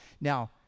Now